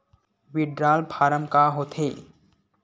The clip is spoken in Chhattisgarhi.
विड्राल फारम का होथेय